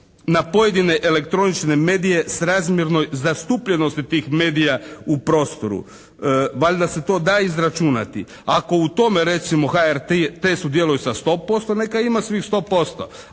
na pojedine elektronične medije srazmjernoj zastupljenosti tih medija u prostoru. Valjda se to da izračunati. Ako u tome recimo HRT sudjeluje sa 100% neka ima svih 100%